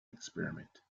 experiment